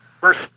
First